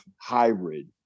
hybrid